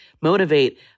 motivate